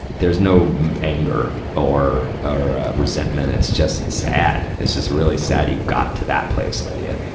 there's no anger or, or, ah resentment. it's just sad. it's just really sad you got to that place, lydia.